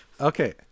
Okay